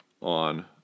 on